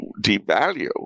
devalue